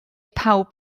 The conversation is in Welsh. pawb